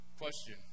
Question